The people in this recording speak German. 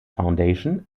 foundation